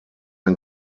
ein